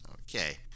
Okay